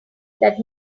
that